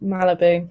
Malibu